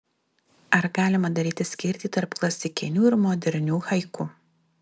ar galima daryti skirtį tarp klasikinių ir modernių haiku